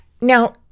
Now